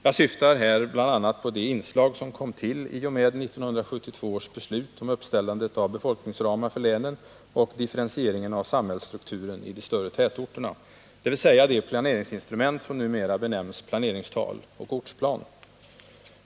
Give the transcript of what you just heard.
Jag syftar här bl.a. på de inslag som kom till i och med 1972 års beslut om uppställandet av befolkningsramar för länen och differentieringen av samhällsstrukturen i de större tätorterna, dvs. de planeringsinstrument som numera benämns planeringstal och ortsplan.